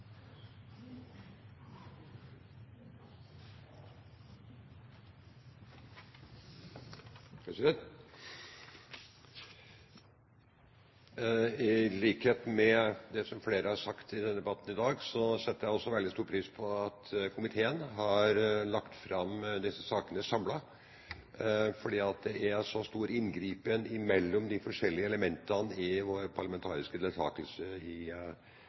I likhet med det flere har sagt i debatten i dag, setter også jeg veldig stor pris på at komiteen har lagt fram disse sakene samlet, fordi det er så stor inngripen mellom forskjellige elementer i vår parlamentariske deltakelse i